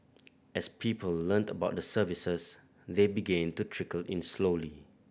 as people learnt about the services they began to trickle in slowly